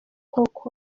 koko